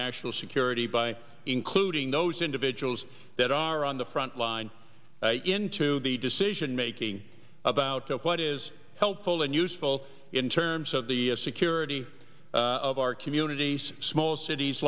national security by including those individuals that are on the front line into the decision making about what is helpful and useful in terms of the security of our communities small cities